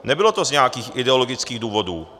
Nebylo to z nějakých ideologických důvodů.